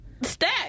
Stack